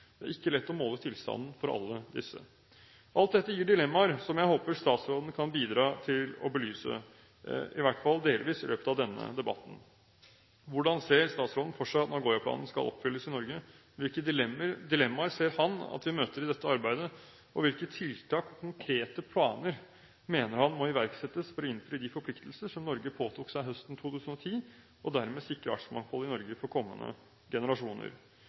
Det er ikke lett å måle tilstanden for alle disse. Alt dette gir dilemmaer som jeg håper statsråden kan bidra til å belyse – i hvert fall delvis – i løpet av denne debatten. Hvordan ser statsråden for seg at Nagoya-planen skal oppfylles i Norge, hvilke dilemmaer ser han at vi møter i dette arbeidet, og hvilke tiltak og konkrete planer mener han må iverksettes for å innfri de forpliktelser som Norge påtok seg høsten 2010, og dermed sikre artsmangfoldet i Norge for kommende generasjoner?